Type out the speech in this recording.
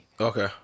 Okay